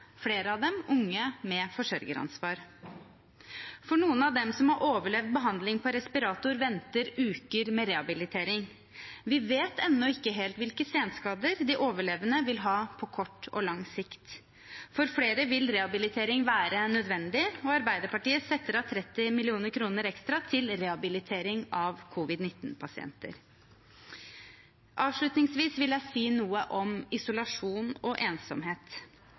flere av dem har vært unge med forsørgeransvar. For noen av dem som har overlevd behandling på respirator, venter uker med rehabilitering. Vi vet ennå ikke helt hvilke senskader de overlevende vil ha på kort og lang sikt. For flere vil rehabilitering være nødvendig, og Arbeiderpartiet setter av 30 mill. kr ekstra til rehabilitering av covid-19-pasienter. Avslutningsvis vil jeg si noe om isolasjon og ensomhet.